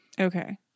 Okay